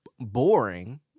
boring